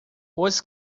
pois